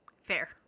Fair